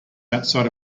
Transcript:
outside